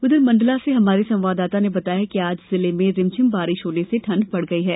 उधर मंडला से हमारे संवाददाता ने बताया कि आज जिले में रिमझिम बारिश होने से ठंडक बढ़ गई है